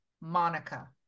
Monica